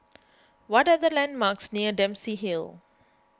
what are the landmarks near Dempsey Hill